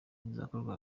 izakorwa